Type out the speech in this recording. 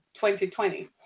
2020